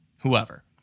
whoever